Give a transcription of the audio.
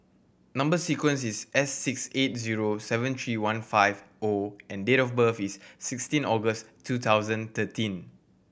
number sequence is S six eight zero seven three one five O and date of birth is sixteen August twenty thirteen